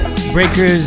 Breakers